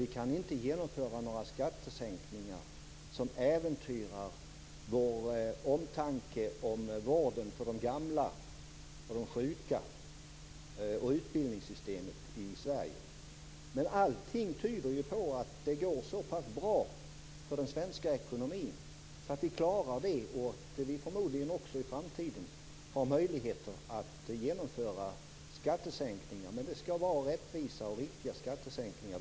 Vi kan inte genomföra några skattesänkningar som äventyrar vården för de gamla och de sjuka och utbildningssystemet i Sverige. Allting tyder ju på att det går så pass bra för den svenska ekonomin att vi förmodligen i framtiden kommer att ha möjligheter att genomföra skattesänkningar, men det skall vara rättvisa och riktiga skattesänkningar.